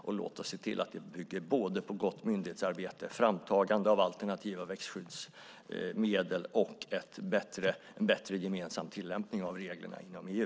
Låt oss också se till att det bygger på gott myndighetsarbete, framtagande av alternativa växtskyddsmedel och en bättre gemensam tillämpning av reglerna inom EU.